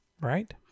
Right